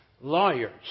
lawyers